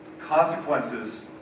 consequences